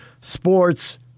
Sports